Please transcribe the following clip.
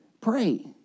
pray